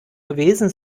gewesen